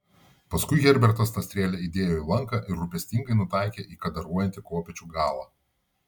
paskui herbertas tą strėlę įdėjo į lanką ir rūpestingai nutaikė į kadaruojantį kopėčių galą